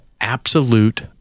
absolute